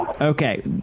Okay